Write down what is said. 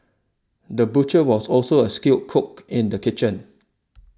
the butcher was also a skilled cook in the kitchen